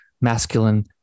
masculine